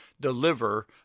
deliver